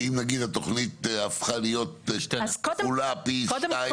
שאם נגיד התוכנית הפכה להיות כפולה פי שניים או פי שלושה --- אז קודם